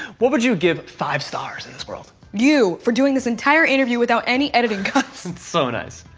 what would you give five stars in this world? you! for doing this entire interview without any editing cuts. that's so nice.